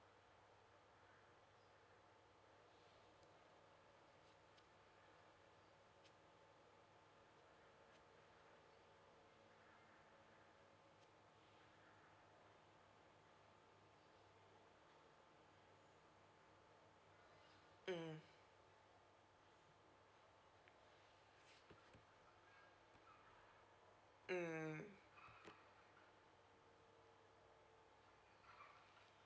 mm mm